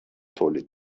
تولید